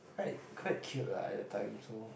quite quite cute lah at that time so